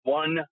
one